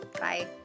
Bye